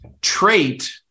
trait